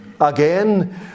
Again